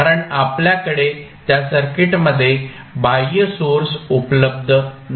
कारण आपल्याकडे त्या सर्किटमध्ये बाह्य सोर्स उपलब्ध नाही